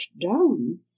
down